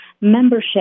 membership